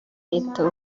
leta